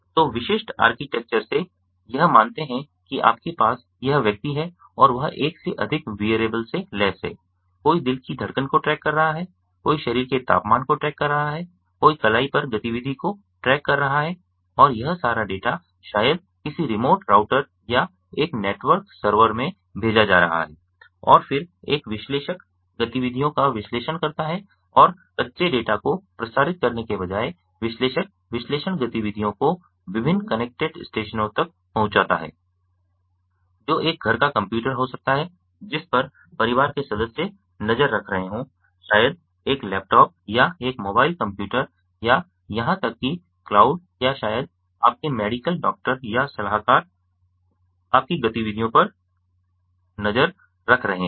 तो विशिष्ट आर्किटेक्चर से यह मानते हैं कि आपके पास यह व्यक्ति है और वह एक से अधिक विअरेबल से लैस है कोई दिल की धड़कन को ट्रैक कर रहा है कोई शरीर के तापमान को ट्रैक कर रहा है कोई कलाई पर गतिविधि को ट्रैक कर रहा है और यह सारा डेटा शायद किसी रिमोट राउटर या एक नेटवर्क सर्वर में भेजा जा रहा है और फिर एक विश्लेषक गतिविधियों का विश्लेषण करता है और कच्चे डेटा को प्रसारित करने के बजाय विश्लेषक विश्लेषण गतिविधियों को विभिन्न कनेक्टेड स्टेशनों तक पहुंचाता है जो एक घर का कंप्यूटर हो सकता है जिस पर परिवार के सदस्य नज़र रख रहे हों शायद एक लैपटॉप या एक मोबाइल कंप्यूटर या यहां तक कि एक क्लाउड या शायद आपके मेडिकल डॉक्टर या सलाहकार आपकी गतिविधियों पर नज़र रख रहे हैं